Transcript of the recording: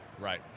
right